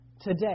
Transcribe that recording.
today